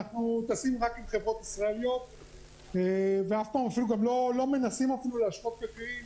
אנחנו טסים רק עם חברות ישראליות ואנחנו גם לא מנסים להשוות מחירים